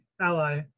ally